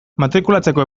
matrikulatzeko